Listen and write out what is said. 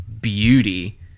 beauty